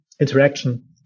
interaction